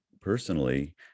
personally